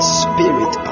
spirit